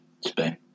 Spain